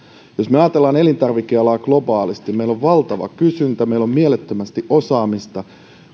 ajattelemme elintarvikealaa globaalisti meillä on valtava kysyntä meillä on mielettömästi osaamista